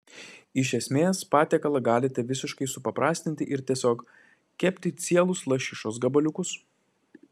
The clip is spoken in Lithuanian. iš esmės patiekalą galite visiškai supaprastinti ir tiesiog kepti cielus lašišos gabaliukus